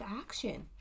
action